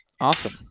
awesome